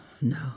no